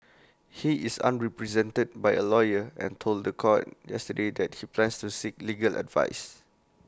he is unrepresented by A lawyer and told The Court yesterday that he plans to seek legal advice